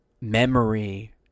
memory